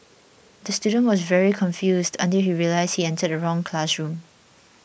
the student was very confused until he realised he entered the wrong classroom